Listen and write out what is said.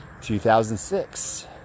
2006